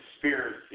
conspiracy